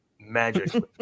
Magic